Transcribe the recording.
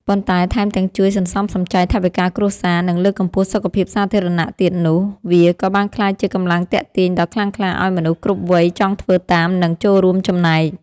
ប៉ុន្តែថែមទាំងជួយសន្សំសំចៃថវិកាគ្រួសារ និងលើកកម្ពស់សុខភាពសាធារណៈទៀតនោះ វាក៏បានក្លាយជាកម្លាំងទាក់ទាញដ៏ខ្លាំងក្លាឱ្យមនុស្សគ្រប់វ័យចង់ធ្វើតាម និងចូលរួមចំណែក។